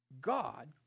God